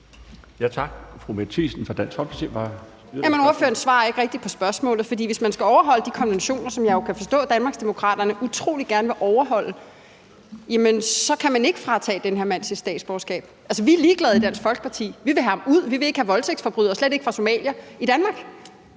Kl. 11:38 Mette Thiesen (DF): Jamen ordføreren svarer ikke rigtig på spørgsmålet, for hvis man skal overholde de konventioner, som jeg jo kan forstå at Danmarksdemokraterne utrolig gerne vil overholde, så kan man ikke fratage den her mand hans statsborgerskab. Altså, vi er ligeglade i Dansk Folkeparti; vi vil have ham ud. Vi vil ikke have voldtægtsforbrydere, og slet ikke fra Somalia, i Danmark.